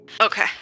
Okay